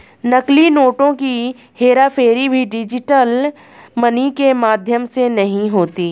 नकली नोटों की हेराफेरी भी डिजिटल मनी के माध्यम से नहीं होती